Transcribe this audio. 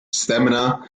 stamina